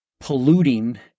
polluting